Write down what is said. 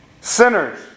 sinners